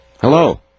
Hello